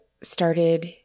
started